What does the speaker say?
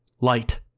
light